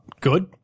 good